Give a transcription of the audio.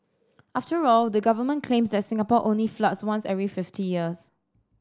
after all the government claims that Singapore only floods once every fifty years